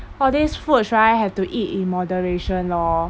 all these foods right have to eat in moderation lor